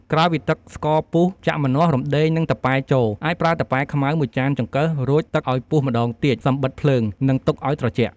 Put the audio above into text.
ក្រោយពីទឹកស្ករពុះ ចាក់ម្នាស់ រំដេង និង តាប៉ែចូល អាចប្រើតាប៉ែខ្មៅ ១ចានចង្កឹះ រួចទឹកឱ្យពុះម្ដងទៀត សឹមបិទភ្លើង និងទុកឱ្យត្រជាក់។